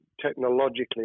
technologically